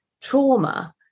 trauma